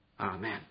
amen